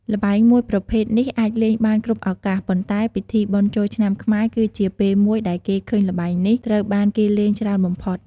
ល្បែងមួយប្រភេទនេះអាចលេងបានគ្រប់ឱកាស ប៉ុន្តែ ពិធីបុណ្យចូលឆ្នាំខ្មែរគឺជាពេលមួយដែលគេឃើញល្បែងនេះត្រូវបានគេលេងច្រើនបំផុត។